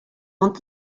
ond